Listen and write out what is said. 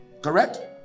Correct